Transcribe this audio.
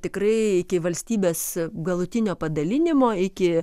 tikrai iki valstybės galutinio padalinimo iki